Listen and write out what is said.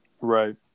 Right